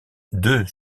deux